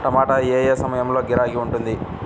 టమాటా ఏ ఏ సమయంలో గిరాకీ ఉంటుంది?